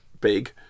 big